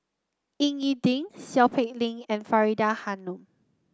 Ying E Ding Seow Peck Leng and Faridah Hanum